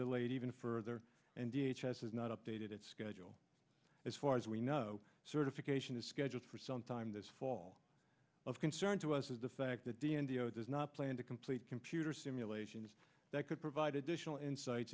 delayed even further and d h has not updated its schedule as far as we know certification is scheduled for sometime this fall of concern to us is the fact that the n d o does not plan to complete computer simulations that could provide additional insights